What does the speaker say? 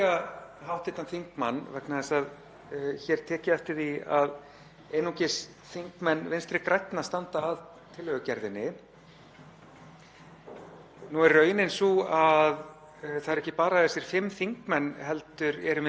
Nú er raunin sú að það eru ekki bara þessir fimm þingmenn heldur erum við 20 í hópi þingmanna úr fjórum ólíkum flokkum sem höfum skráð okkur á lista viljugra þingmanna hjá ICAN-samtökunum,